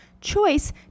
choice